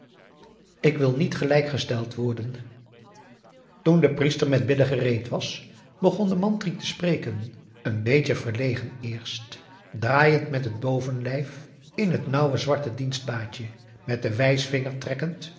ik wil niet gelijk gesteld worden toen de priester met bidden gereed was begon de mantri te spreken n beetje verlegen eerst draaiend met het bovenlijf in t nauwe zwarte dienstbaadje met den wijsvinger trekkend